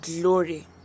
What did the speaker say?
glory